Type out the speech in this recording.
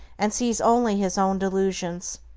and sees only his own delusions.